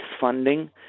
funding